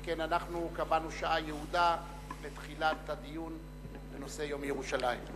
שכן אנחנו קבענו שעה יעודה לתחילת הדיון בנושא יום ירושלים.